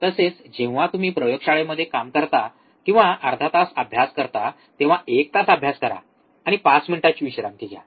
तसेच जेव्हा तुम्ही प्रयोगशाळेत काम करता किंवा अर्धा तास अभ्यास करता तेव्हा एक तास अभ्यास करा आणि 5 मिनिटांची विश्रांती घ्या